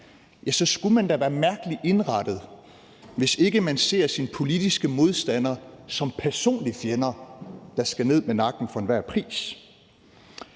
skulle man da være mærkeligt indrettet, hvis ikke man ser sine politiske modstandere som personlige fjender, der skal ned med nakken for enhver pris.